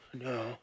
no